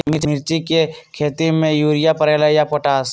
मिर्ची के खेती में यूरिया परेला या पोटाश?